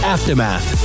Aftermath